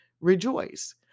rejoice